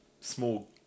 small